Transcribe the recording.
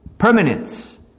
permanence